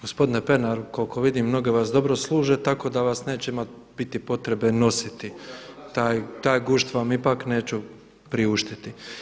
Gospodine Pernaru koliko vidim noge vas dobro služe tako da vas neće biti potrebe nositi, taj gušt vam ipak neću priuštiti.